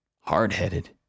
Hard-headed